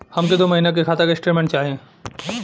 हमके दो महीना के खाता के स्टेटमेंट चाही?